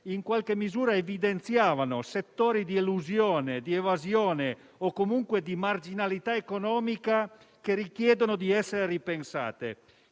in qualche modo evidenziavano settori di elusione, di evasione o comunque di marginalità economica che richiedono di essere ripensate.